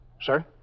Sir